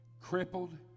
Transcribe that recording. crippled